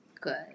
good